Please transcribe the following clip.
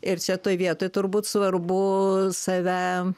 ir čia toj vietoj turbūt svarbu save